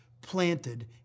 planted